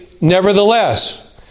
nevertheless